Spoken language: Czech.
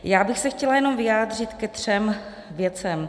Já bych se chtěla jenom vyjádřit ke třem věcem.